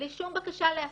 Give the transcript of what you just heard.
בלי שום בקשה להסכמה,